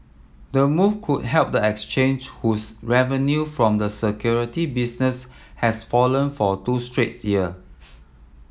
the move could help the exchange whose revenue from the security business has fallen for two straights years